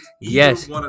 yes